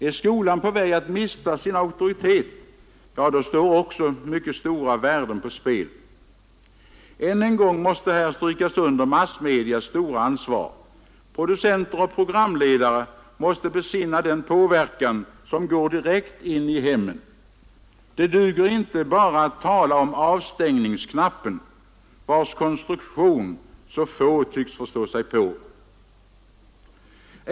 Är skolan på väg att mista sin auktoritet, då står också mycket stora värden på spel. Än en gång måste här strykas under massmedias stora ansvar. Producenter och programledare måste besinna den påverkan som går direkt in i hemmen. Det duger inte att bara tala om avstängningsknappen, vars konstruktion så få tycks förstå sig på.